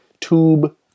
Tube